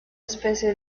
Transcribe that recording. especie